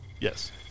Yes